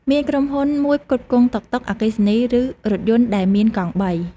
មានក្រុមហ៊ុនមួយផ្គត់ផ្គង់ តុកតុក អគ្គិសនី ឬរថយន្តដែលមានកង់បី។